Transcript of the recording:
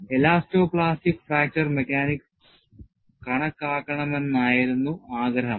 elasto plastic fracture mechanics കണക്കാക്കണമെന്നായിരുന്നു ആഗ്രഹം